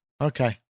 Okay